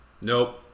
Nope